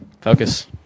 Focus